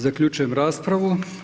Zaključujem raspravu.